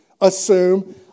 assume